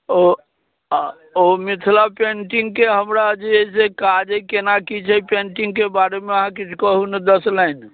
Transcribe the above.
ओ ओ मिथिला पेन्टिङ्गके हमरा जे अइ से काज अइ केना कि छै पेन्टिङ्गके बारेमे अहाँ किछु कहुँ ने दश लाइन